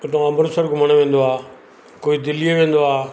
हुतां अमृतसर घुमणु वेंदो आहे कोई दिल्ली वेंदो आहे